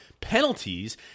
penalties